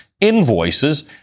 invoices